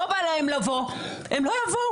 לא בא להם לבוא, הם לא יבואו.